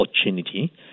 opportunity